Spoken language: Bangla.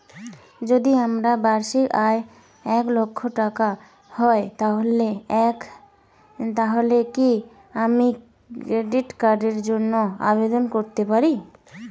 যদি আমার বার্ষিক আয় এক লক্ষ টাকা হয় তাহলে কি আমি ক্রেডিট কার্ডের জন্য আবেদন করতে পারি?